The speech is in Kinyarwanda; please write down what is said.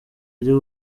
ryo